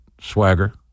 swagger